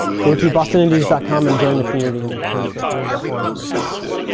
go to bostonindies dot com and join the community in terms of finding out more information about that.